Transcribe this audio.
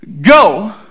Go